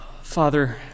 Father